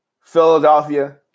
Philadelphia